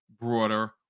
broader